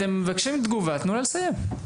אתם מבקשים תגובה, תנו לה לסיים.